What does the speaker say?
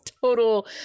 total